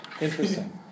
Interesting